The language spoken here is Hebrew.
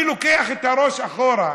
אני לוקח את הראש אחורה: